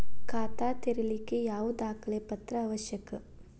ಖಾತಾ ತೆರಿಲಿಕ್ಕೆ ಯಾವ ದಾಖಲೆ ಪತ್ರ ಅವಶ್ಯಕ?